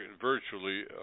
virtually